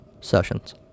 sessions